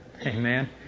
amen